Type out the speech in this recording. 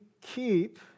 keep